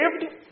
saved